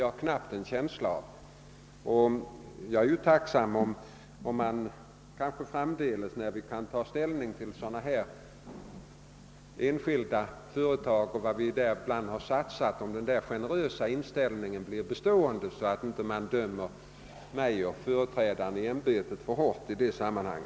Jag är också tacksam om denna generösa inställning blir bestående, när vi skall ta ställning till vad vi skall satsa på enskilda företag, så att man inte dömer min företrädare i ämbetet och mig själv alltför hårt.